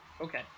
okay